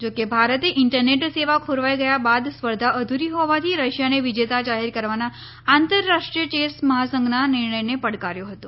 જોકે ભારતે ઈન્ટરનેટ સેવા ખોરવાઈ ગયા બાદ સ્પર્ધા અધુરી હોવાથી રશિયાને વિજેતા જાહેર કરવાના આંતરરાષ્ટ્રીય ચેસ મહાસંઘના નિર્ણયને પડકાર્યો હતો